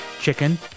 chicken